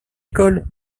école